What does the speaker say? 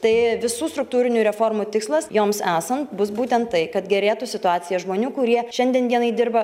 tai visų struktūrinių reformų tikslas joms esant bus būtent tai kad gerėtų situacija žmonių kurie šiandien dienai dirba